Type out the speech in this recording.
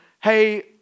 Hey